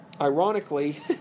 ironically